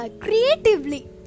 creatively